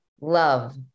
love